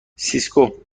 سیسکو